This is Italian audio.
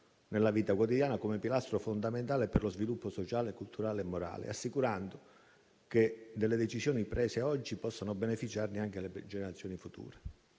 nella vita quotidiana come pilastro fondamentale per lo sviluppo sociale, culturale e morale, assicurando che delle decisioni prese oggi possano beneficiarne anche le generazioni future.